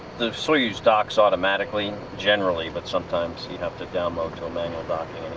the soyuz docks automatically generally, but sometimes you have to downmode to a manual docking